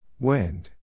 Wind